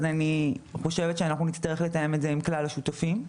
אני חושבת שאנחנו נצטרך לתאם את זה עם כלל השותפים.